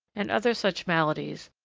and other such maladies,